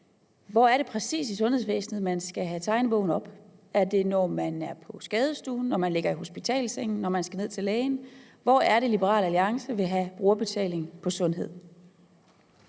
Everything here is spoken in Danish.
hvor det præcis i sundhedsvæsenet er, man skal have tegnebogen op. Er det, når man er på skadestuen, når man ligger i en hospitalsseng, når man skal til læge? Hvor er det, Liberal Alliance vil have brugerbetaling på sundhed?